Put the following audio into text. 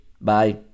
Bye